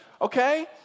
okay